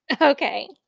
Okay